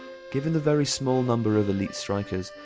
given the very small number of elite strikers,